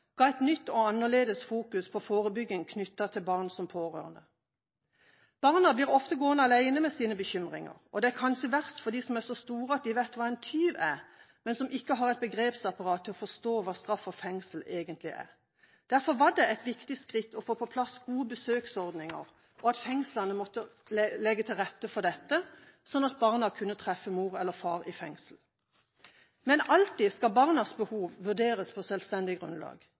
et nytt og annerledes fokus på forebygging knyttet til barn som pårørende. Barna blir ofte gående alene med sine bekymringer, og det er kanskje verst for dem som er så store at de vet hva en tyv er, men som ikke har begrepsapparat til å forstå hva straff og fengsel egentlig er. Derfor var det et viktig skritt å få på plass gode besøksordninger, og at fengslene måtte legge til rette for besøk, slik at barna kunne treffe mor eller far i fengselet. Men alltid skal barnas behov vurderes på selvstendig grunnlag.